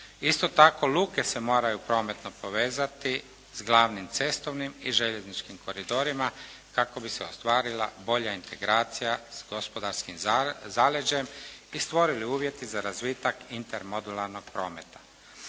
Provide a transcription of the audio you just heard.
Isto tako luke se moraju prometno povezati s glavnim cestovnim i željezničkim koridorima kako bi se ostvarila bolja integracija s gospodarskim zaleđem i stvorili uvjeti za razvitak intermodularnog prometa.